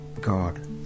God